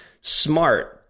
smart